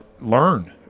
learn